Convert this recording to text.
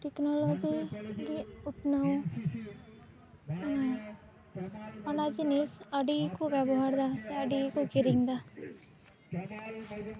technology ᱜᱮ ᱩᱛᱱᱟᱹᱣ ᱠᱟᱱᱟ ᱚᱱᱟ ᱡᱤᱱᱤᱥ ᱟᱹᱰᱤ ᱠᱚ ᱵᱮᱵᱚᱦᱟᱨᱮᱫᱟ ᱥᱮ ᱟᱹᱰᱤ ᱜᱮᱠᱚ ᱠᱤᱨᱤᱧ ᱮᱫᱟ